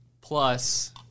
plus